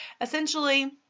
essentially